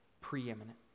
preeminent